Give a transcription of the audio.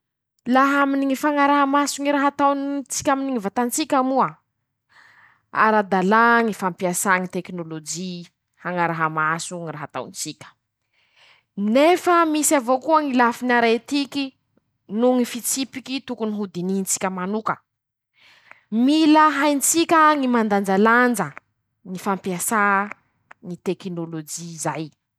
Laha aminy ñy fañaraha-maso ñy raha ataony ñy tsika aminy ñy vatan-tsika moa: -Ara-dalà ñy fampiasà ñy teknôlôjy hañaraha maso ñy raha ataon-tsika ;nefa misy avao koa ñy lafiny ara-etiky noho ñy fitsipiky tokony ho dinihin-tsika manoka ;mila hain-tsika ñy mandanjalanja ñy fampiasà ñy teknôlôjy zay.